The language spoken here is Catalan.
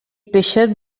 peixet